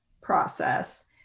process